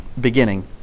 beginning